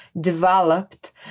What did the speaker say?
developed